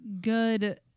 good